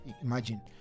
imagine